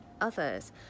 others